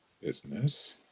business